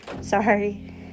sorry